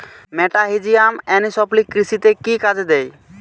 মেটাহিজিয়াম এনিসোপ্লি কৃষিতে কি কাজে দেয়?